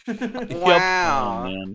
Wow